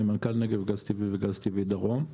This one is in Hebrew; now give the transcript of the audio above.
אני מנכ"ל נגב גז טבעי וגז טבעי דרום.